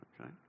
Okay